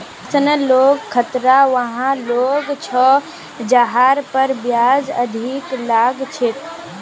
personal loan खतरा वला loan छ जहार पर ब्याज अधिक लग छेक